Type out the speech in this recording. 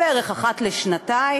בערך אחת לשנתיים,